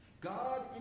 God